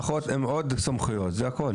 אחות עם עוד סמכויות, זה הכול.